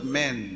men